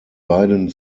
beiden